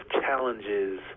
challenges